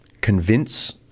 convince